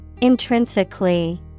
Intrinsically